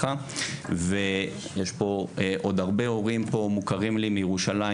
ויש עוד הרבה הורים שמוכרים לי מירושלים,